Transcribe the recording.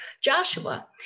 joshua